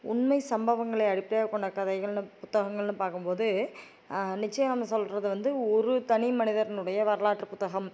உண்மை சம்பவங்களை அடிப்படையாகக்கொண்ட கதைகள்னு புத்தகங்கள்னு பார்க்கும்போது நிச்சயம் சொல்வது வந்து ஒரு தனி மனிதர்னுடைய வரலாற்று புத்தகம்